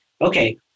okay